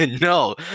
No